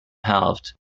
halved